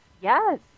yes